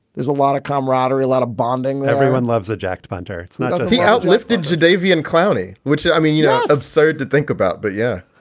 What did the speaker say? there's a lot of camaraderie, a lot of bonding everyone loves a jacked banter. it's nice to see you out lifting joe davian clowney, which, i mean, yeah absurd to think about but yeah,